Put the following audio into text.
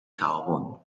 تعاون